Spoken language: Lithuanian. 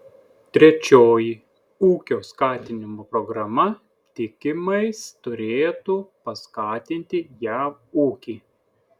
trečioji ūkio skatinimo programa tikimais turėtų paskatinti jav ūkį